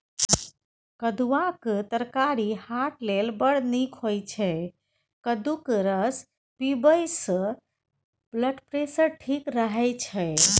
कद्दुआक तरकारी हार्ट लेल बड़ नीक होइ छै कद्दूक रस पीबयसँ ब्लडप्रेशर ठीक रहय छै